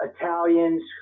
Italians